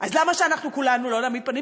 אז למה שאנחנו כולנו לא נעמיד פנים,